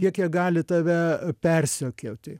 kiek jie gali tave persekioti